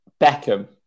Beckham